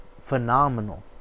phenomenal